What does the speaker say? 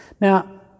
Now